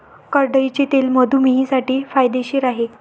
करडईचे तेल मधुमेहींसाठी फायदेशीर आहे